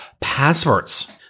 passwords